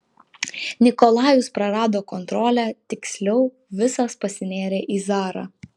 nikolajus prarado kontrolę tiksliau visas pasinėrė į zarą